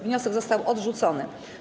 Wniosek został odrzucony.